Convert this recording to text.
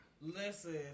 Listen